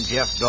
Jeff